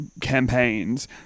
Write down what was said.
campaigns